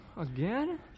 Again